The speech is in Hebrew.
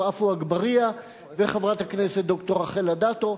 עפו אגבאריה וחברת הכנסת ד"ר רחל אדטו,